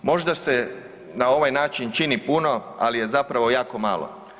Možda se na ovaj način čini puno, ali je zapravo jako malo.